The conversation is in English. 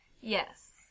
Yes